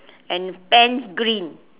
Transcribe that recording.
and pants green